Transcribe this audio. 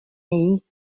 hee